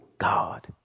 God